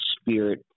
spirit